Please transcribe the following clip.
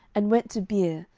and went to beer,